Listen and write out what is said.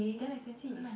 damn expensive